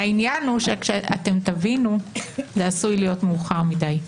העניין הוא שכשתבינו זה עשוי להיות מאוחר מידי.